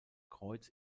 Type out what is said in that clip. kreuz